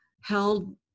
held